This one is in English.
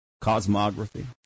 cosmography